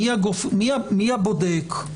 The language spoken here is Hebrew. מי הבודק?